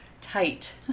tight